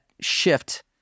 shift